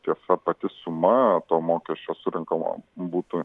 tiesa pati suma to mokesčio surenkamo būtų